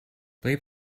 play